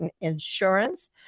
Insurance